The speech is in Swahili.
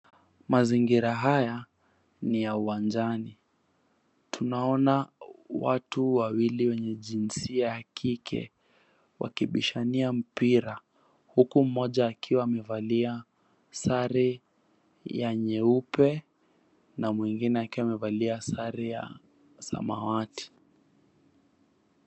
Mazingira haya ni ya uwanjani tunaona watu wawili wenye jinsia ya kike wakibishania mpira huku mmoja akiwa amevalia sare ya nyeupe na mwengine akiwa amevalia sare ya samawati.